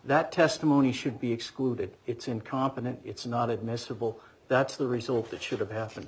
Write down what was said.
that testimony should be excluded it's incompetent it's not admissible that's the result that should have happened